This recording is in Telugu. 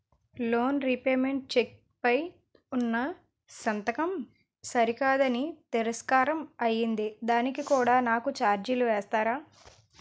లోన్ రీపేమెంట్ చెక్ పై ఉన్నా సంతకం సరికాదు అని తిరస్కారం అయ్యింది దానికి కూడా నాకు ఛార్జీలు వేస్తారా?